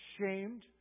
shamed